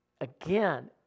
again